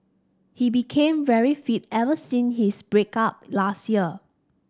he became very fit ever since his break up last year